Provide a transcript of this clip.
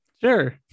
Sure